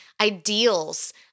ideals